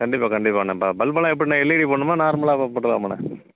கண்டிப்பாக கண்டிப்பாகண்ணா ப பல்பெல்லாம் எப்படிண்ண எல்இடி போடணுமா நார்மலாக போ போட்டுக்கலாமாண்ணா